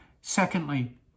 Secondly